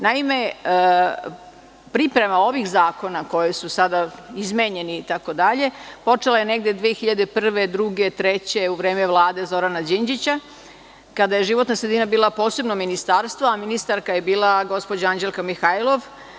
Naime, priprema ovih zakona, koji su sada izmenjeni itd, počela je negde 2001, 2002, 2003. godine u vreme Vlade Zorana Đinđića, kada je životna sredina bila posebno ministarstvo, a ministarka je bila gospođa Anđelka Mihajlov.